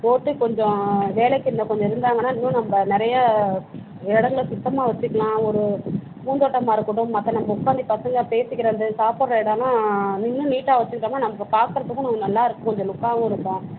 போட்டு கொஞ்ச வேலைக்கு இன்னும் கொஞ்ச இருந்தாங்கன்னா இன்னும் நம்ப நிறையா இடங்கள சுத்தமாக வச்சுக்கலாம் ஒரு பூந்தோட்டமாக இருக்கட்டும் மற்ற நம்ம உட்காந்தி பசங்க பேசிக்கிற அந்த சாப்பிட்ற இடம்லாம் இன்னும் நீட்டாக வச்சிருந்தோம்னா நம்ப பார்க்குறதுக்கும் நல்லா இருக்கும் கொஞ்ச லுக்காகவும் இருக்கும்